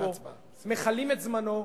מכלים את זמנו.